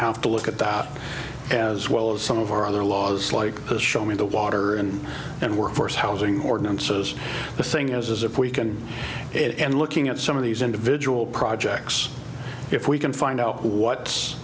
have to look at that as well as some of our other laws like show me the water and and workforce housing ordinances the thing as if we can it and looking at some of these individual projects if we can find out what's